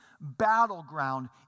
battleground